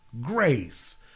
grace